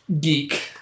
geek